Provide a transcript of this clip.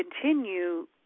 continue